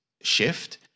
shift